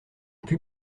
put